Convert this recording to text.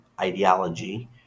ideology